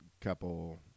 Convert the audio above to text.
couple